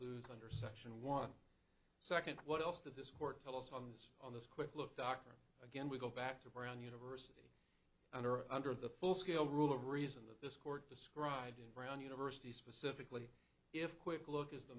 under section one second what else did this court tell us on this quick look doctrine again we go back to brown universe under under the full scale rule of reason that this court described in brown university specifically if quick look is the